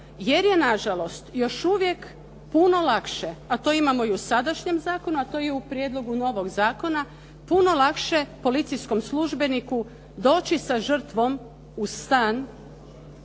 jer je nažalost još uvijek puno lakše, a to imamo i u sadašnjem zakonu, a to je i u prijedlogu novog zakona puno lakše policijskom službeniku doći sa žrtvom u stan, pomoći joj